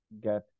get